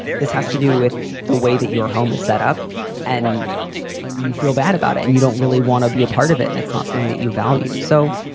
this has to do with the way that your home is set up and you feel bad about it and you don't really want to be a part of it. and it's not something that you value. so,